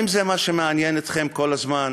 האם זה מה שמעניין אתכם כל הזמן,